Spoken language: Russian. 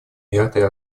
этой